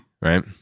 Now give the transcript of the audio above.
right